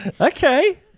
Okay